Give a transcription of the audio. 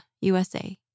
USA